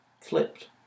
flipped